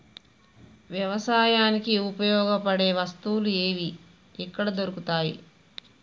వ్యవసాయానికి ఉపయోగపడే వస్తువులు ఏవి ఎక్కడ దొరుకుతాయి?